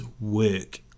work